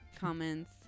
comments